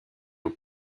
aux